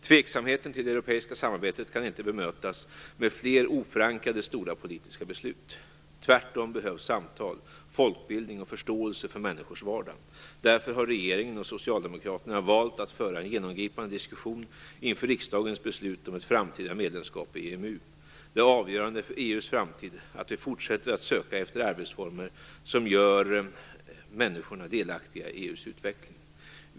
Tveksamheten till det europeiska samarbetet kan inte bemötas med fler oförankrade stora politiska beslut. Tvärtom behövs samtal, folkbildning och förståelse för människors vardag. Därför har regeringen och Socialdemokraterna valt att föra en genomgripande diskussion inför riksdagens beslut om ett framtida medlemskap i EMU. Det är avgörande för EU:s framtid att vi fortsätter att söka efter arbetsformer som gör människorna delaktiga i EU:s utveckling.